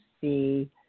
see